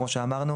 כפי שאמרנו,